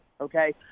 okay